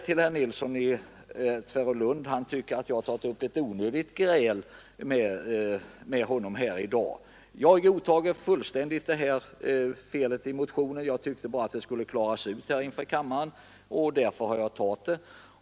Herr Nilsson i Tvärålund tycker att jag har tagit upp ett onödigt gräl med honom här i dag. Jag godtar fullständigt förklaringen till felet i motionen. Jag tyckte bara att det skulle klaras ut inför kammaren, och därför tog jag upp det.